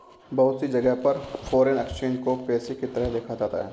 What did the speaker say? बहुत सी जगह पर फ़ोरेन एक्सचेंज को पेशे के तरह देखा जाता है